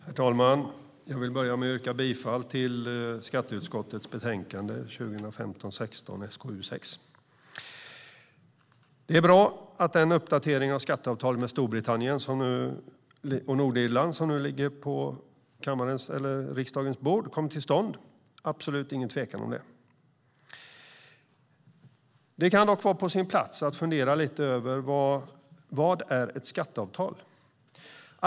Herr talman! Jag vill börja med att yrka bifall till förslaget i skatteutskottets betänkande 2015/16:SkU6. Det är bra att den uppdatering av skatteavtalet med Storbritannien och Nordirland som nu ligger på riksdagens bord kommit till stånd. Det är ingen tvekan om det. Det kan dock vara på sin plats att lite grann fundera över vad ett skatteavtal är.